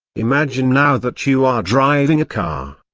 imagine now that you are driving a car.